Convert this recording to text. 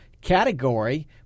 category